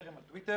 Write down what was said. חרם על טוויטר,